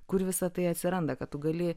kur visa tai atsiranda kad tu gali